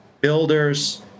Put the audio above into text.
builders